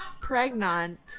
Pregnant